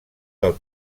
del